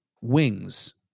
wings